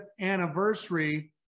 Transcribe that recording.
anniversary